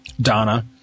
Donna